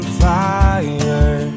fire